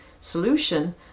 solution